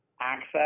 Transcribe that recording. access